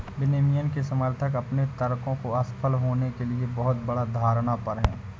विनियमन के समर्थक अपने तर्कों को असफल होने के लिए बहुत बड़ा धारणा पर हैं